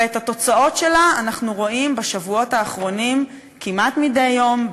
ואת התוצאות שלה אנחנו רואים בשבועות האחרונים כמעט מדי יום,